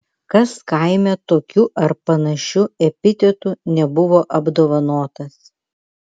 kas kaime tokiu ar panašiu epitetu nebuvo apdovanotas